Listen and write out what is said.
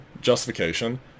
justification